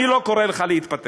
אני לא קורא לך להתפטר.